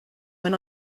when